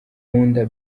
nkunda